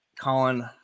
Colin